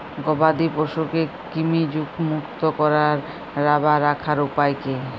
গবাদি পশুকে কৃমিমুক্ত রাখার উপায় কী?